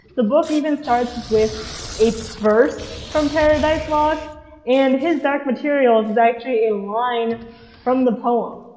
the book even starts with a verse from paradise lost and his dark materials is actually a line from the poem,